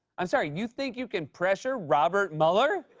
i'm sorry. you think you can pressure robert mueller?